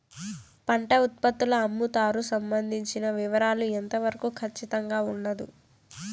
పంట ఉత్పత్తుల అమ్ముతారు సంబంధించిన వివరాలు ఎంత వరకు ఖచ్చితంగా ఉండదు?